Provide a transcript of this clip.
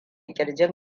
kirjin